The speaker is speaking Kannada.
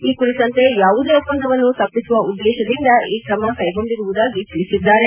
ಈ ಕುರಿತಂತೆ ಯಾವುದೇ ಒಪ್ಪಂದವನ್ನು ತಪ್ಪಿಸುವ ಉದ್ದೇಶದಿಂದ ಈ ಕ್ರಮ ಕ್ಷೆಗೊಂಡಿರುವುದಾಗಿ ತಿಳಿಸಿದ್ದಾರೆ